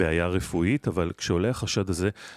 בעיה רפואית, אבל כשעולה החשד הזה